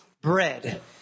bread